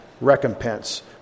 recompense